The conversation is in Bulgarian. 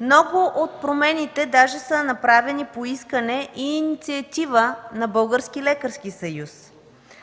Много от промените даже са направени по искане и инициатива на